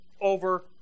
over